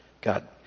God